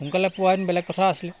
সোনকালে পোৱাহেঁতেন বেলেগ কথা আছিলে